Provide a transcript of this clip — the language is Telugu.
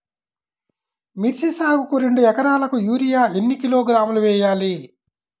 మిర్చి సాగుకు రెండు ఏకరాలకు యూరియా ఏన్ని కిలోగ్రాములు వేయాలి?